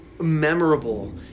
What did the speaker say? memorable